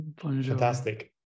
Fantastic